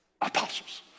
apostles